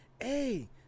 hey